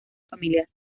familiar